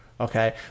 Okay